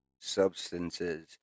substances